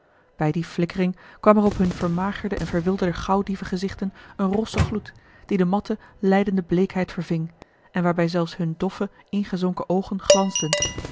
bij die flikkering kwam er op hunne vermagerde en verwilderde gauwdieven gezichten een rosse gloed die de matte lijdende bleekheid verving en waarbij zelfs hune doffe ingezonken oogen glansden